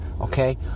okay